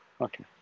Okay